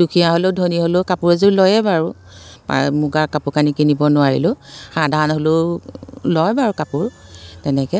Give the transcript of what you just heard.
দুখীয়া হ'লেও ধনী হ'লেও কাপোৰ এযোৰ লয়ে বাৰু মুগাৰ কাপোৰ কানি কিনিব নোৱাৰিলেও সাধাৰণ হ'লেও লয় বাৰু কাপোৰ তেনেকৈ